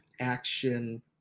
action